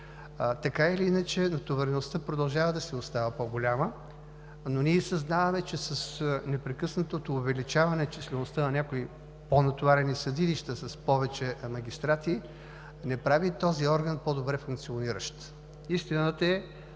Така или иначе натовареността продължава да остава по-голяма, но ние съзнаваме, че с непрекъснатото увеличаване числеността на някои по-натоварени съдилища с повече магистрати не прави този орган по-добре функциониращ. Истината е,